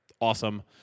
awesome